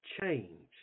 Change